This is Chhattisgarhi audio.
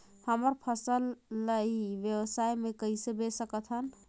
हमर फसल ल ई व्यवसाय मे कइसे बेच सकत हन?